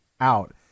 out